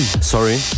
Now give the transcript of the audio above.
Sorry